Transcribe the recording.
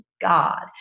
God